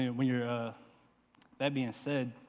when you're that being said,